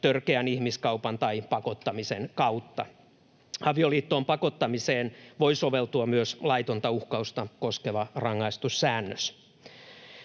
törkeän ihmiskaupan tai pakottamisen kautta. Avioliittoon pakottamiseen voi soveltua myös laitonta uhkausta koskeva rangaistussäännös.